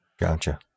Gotcha